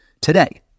today